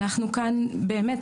אנחנו כאן באמת,